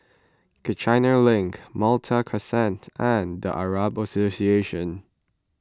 Kiichener Link Malta Crescent and Arab Association